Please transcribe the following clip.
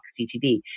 CTV